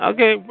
Okay